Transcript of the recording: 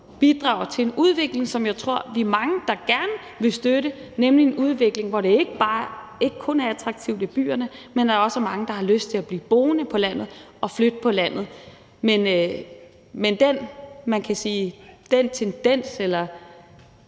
bidrager til en udvikling, som jeg tror vi er mange der gerne vil støtte, nemlig en udvikling, hvor det ikke kun er attraktivt i byerne, men hvor der også er mange, der har lyst til at blive boende på landet og flytte på landet. Men man kan sige, at den tendens eller